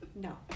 no